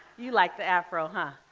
you like the afro, huh?